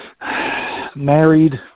married